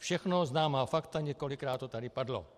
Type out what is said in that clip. Všechno známá fakta, několikrát to tady padlo.